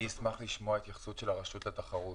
אני אשמח לשמוע התייחסות של הרשות לתחרות.